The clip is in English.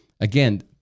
again